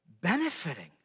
benefiting